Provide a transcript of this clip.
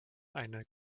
eine